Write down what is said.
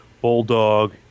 Bulldog